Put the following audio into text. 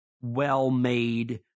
well-made